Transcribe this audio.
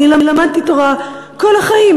אני למדתי תורה כל החיים,